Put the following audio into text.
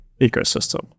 ecosystem